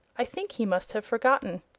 i think he must have forgotten.